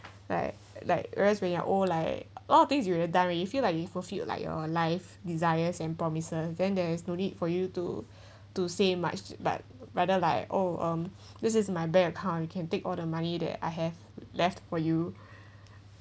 like like whereas we're old like a lot of things you're in a diary you feel like you fulfilled like your life desires and promises then there is no need for you to to say much but rather like oh um this is my bank account you can take all the money that I have left for you